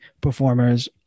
performers